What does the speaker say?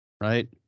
Right